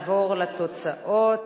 נעבור לתוצאות: